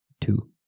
Two